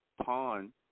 pawn